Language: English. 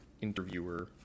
interviewer